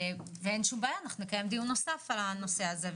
ואין שום בעיה נקיים דיון נוסף על הנושא הזה,